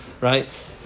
right